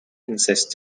insists